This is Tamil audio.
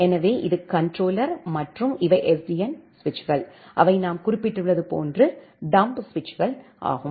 எனவே இது கண்ட்ரோலர் மற்றும் இவை SDN சுவிட்சுகள் அவை நாம் குறிப்பிட்டுள்ளது போன்று டம்ப் சுவிட்சுகள் ஆகும்